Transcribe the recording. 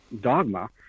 dogma